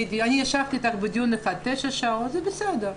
ישבתי איתך בדיון אחד תשע שעות, זה בסדר,